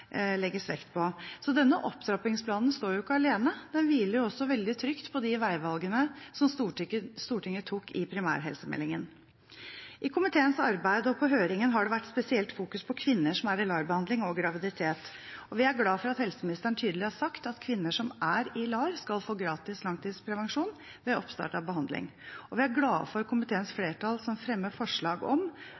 legges vekt på. Så denne opptrappingsplanen står jo ikke alene, den hviler også veldig trygt på de veivalgene som Stortinget tok i primærhelsemeldingen. I komiteens arbeid og i høringen har det vært spesielt fokus på kvinner som er i LAR-behandling, og graviditet. Vi er glad for at helseministeren tydelig har sagt at kvinner som er i LAR, skal få gratis langtidsprevensjon ved oppstart av behandling. Og vi er glad for at komiteens flertall fremmer forslag om